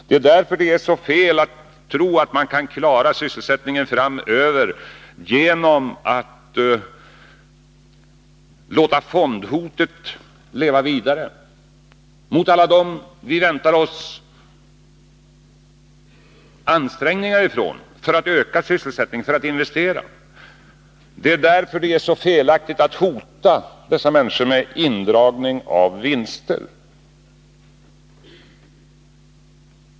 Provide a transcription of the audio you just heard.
Det är därför det är så fel att tro att man kan klara sysselsättningen framöver genom att låta fondhotet leva vidare, detta hot mot alla dem som vi väntar oss ansträngningar av för att öka sysselsättningen, för att investera. Det är därför som det är så felaktigt att hota dessa människor med indragning av vinster.